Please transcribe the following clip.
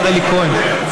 השר אלי כהן,